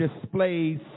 displays